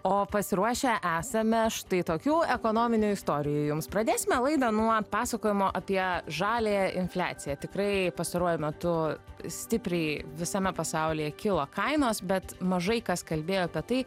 o pasiruošę esame štai tokių ekonominių istorijų jums pradėsime laidą nuo pasakojimo apie žaliąją infliaciją tikrai pastaruoju metu stipriai visame pasaulyje kilo kainos bet mažai kas kalbėjo apie tai